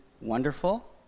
wonderful